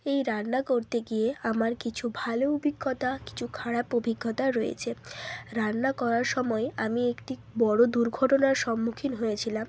এই রান্না করতে গিয়ে আমার কিছু ভালো অভিজ্ঞতা কিছু খারাপ অভিজ্ঞতা রয়েছে রান্না করার সময়ে আমি একটি বড় দুর্ঘটনার সম্মুখীন হয়েছিলাম